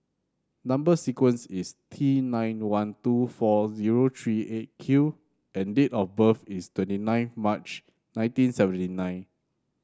number sequence is T nine one two four zero three Eight Q and date of birth is twenty nine March nineteen seventy nine